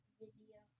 video